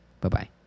Bye-bye